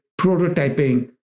prototyping